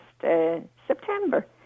September